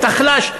את החלש,